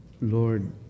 Lord